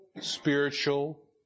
spiritual